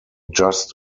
just